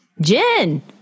Jen